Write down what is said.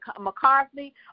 McCarthy